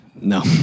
No